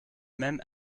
même